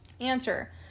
Answer